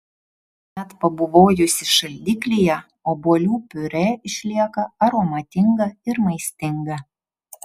net pabuvojusi šaldiklyje obuolių piurė išlieka aromatinga ir maistinga